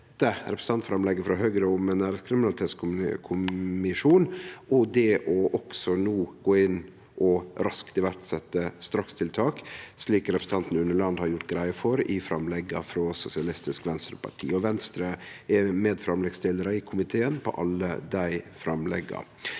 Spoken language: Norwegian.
representantframlegget frå Høgre om ein æreskriminalitetskommisjon og det å gå inn og raskt setje i verk strakstiltak, slik representanten Unneland har gjort greie for i framlegga frå Sosialistisk Ven streparti. Venstre er medframleggsstillar i komiteen til alle dei framlegga.